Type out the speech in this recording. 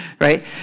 right